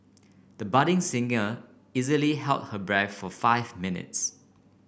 the budding singer easily held her breath for five minutes